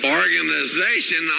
organization